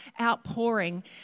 outpouring